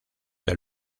del